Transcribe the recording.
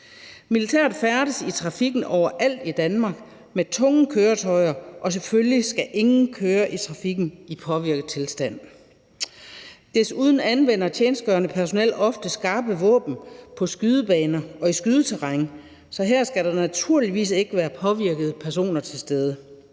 Militæret færdes i trafikken overalt i Danmark med tunge køretøjer, og selvfølgelig skal ingen køre i trafikken i påvirket tilstand. Desuden anvender tjenestegørende militært personel ofte skarpe våben på skydebaner og i skydeterræn, så her skal der naturligvis ikke være påvirkede personer til stede.